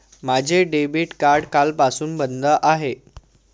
माझे debit card कालपासून बंद आहे